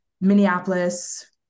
Minneapolis